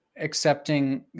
accepting